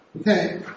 Okay